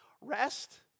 Rest